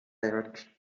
garage